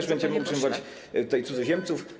bo będziemy utrzymywać tutaj cudzoziemców.